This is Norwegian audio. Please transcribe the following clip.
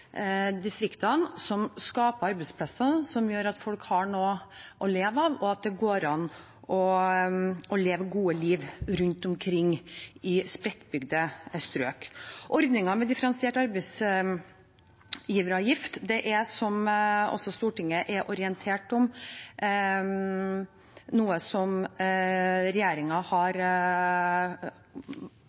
distriktene, som skaper arbeidsplasser, og som gjør at folk har noe å leve av, og at det går an å leve et godt liv rundt omkring i spredtbygde strøk. Ordningen med differensiert arbeidsgiveravgift er, som også Stortinget er orientert om, noe regjeringen har